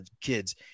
kids